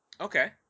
Okay